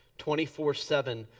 twenty four seven,